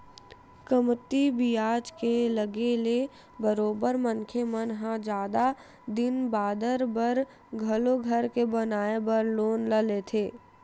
कमती बियाज के लगे ले बरोबर मनखे मन ह जादा दिन बादर बर घलो घर के बनाए बर लोन ल लेथे